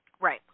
Right